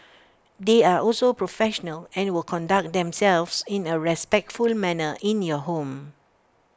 they are also professional and will conduct themselves in A respectful manner in your home